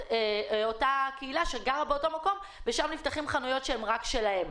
אותה קהילה שגרה באותו מקום ושם נפתחות חנויות שהן רק שלהם.